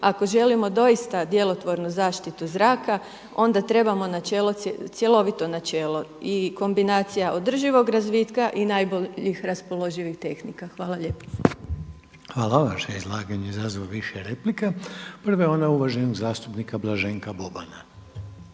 Ako želimo doista djelotvornu zaštitu zraka onda trebamo načelo, cjelovito načelo i kombinacija održivog razvitka i najboljih raspoloživih tehnika. Hvala lijepa. **Reiner, Željko (HDZ)** Hvala. Vaše je izlaganje izazvalo više replika. Prva je ona uvaženog zastupnika Blaženka Bobana.